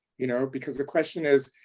you know, because the question is,